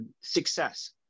success